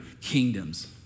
kingdoms